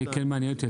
אני כן מעניין אותי,